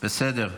בסדר.